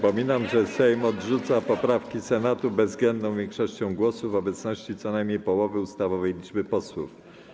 Przypominam, że Sejm odrzuca poprawki Senatu bezwzględną większością głosów w obecności co najmniej połowy ustawowej liczby posłów.